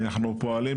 את יודעת,